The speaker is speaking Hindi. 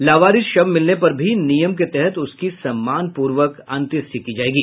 लावारिश शव मिलने पर भी नियम के तहत उसकी सम्मान पूर्वक अत्येंष्टि की जायेगी